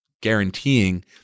guaranteeing